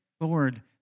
Lord